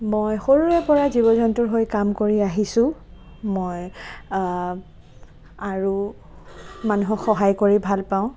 মই সৰুৰে পৰা জীৱ জন্তুৰ হৈ কাম কৰি আহিছোঁ মই আৰু মানুহক সহায় কৰি ভাল পাওঁ